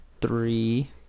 three